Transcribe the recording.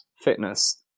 fitness